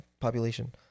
Population